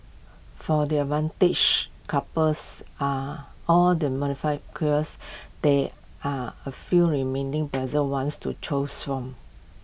for their advantage couples are or the morbidly curious there are A few remaining bizarre ones to choose from